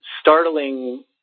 startling